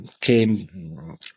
came